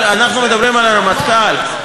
אנחנו מדברים על הרמטכ"ל?